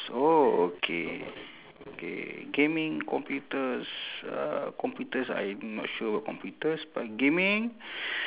oh okay okay gaming computers uh computers I am not sure about computers but gaming